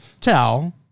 tell